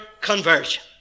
conversion